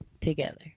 together